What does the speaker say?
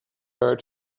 her